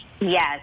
Yes